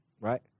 right